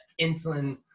insulin